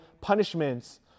punishments